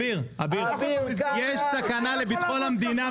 יש סכנה לביטחון המדינה.